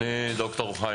דרמטי.